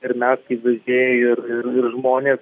ir mes kaip vežėjai ir ir ir žmonės